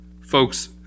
Folks